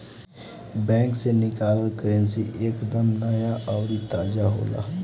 bank से निकालल currency एक दम नया अउरी ताजा होला